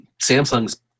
Samsung's